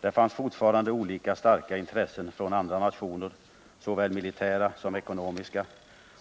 Det fanns fortfarande olika starka intressen från andra nationer, såväl militära som ekonomiska.